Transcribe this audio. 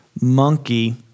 monkey